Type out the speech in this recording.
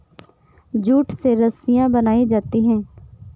jute से रस्सियां बनायीं जाती है